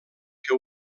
que